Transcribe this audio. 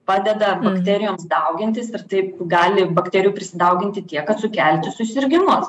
padeda bakterijoms daugintis ir taip gali bakterijų prisidauginti tiek kad sukelti susirgimus